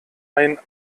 ein